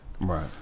Right